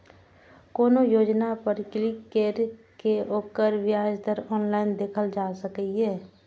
कोनो योजना पर क्लिक कैर के ओकर ब्याज दर ऑनलाइन देखल जा सकैए